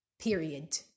Period